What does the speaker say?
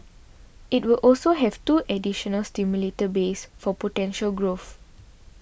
it will also have two additional simulator bays for potential growth